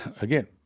Again